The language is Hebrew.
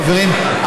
חברים,